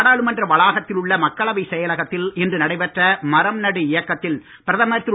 நாடாளுமன்ற வளாகத்தில் உள்ள மக்களவைச் செயலகத்தில் இன்று நடைபெற்ற மரம் நடு இயக்கத்தில் பிரதமர் திரு